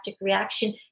reaction